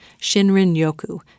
shinrin-yoku